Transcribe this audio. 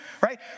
right